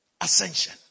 Ascension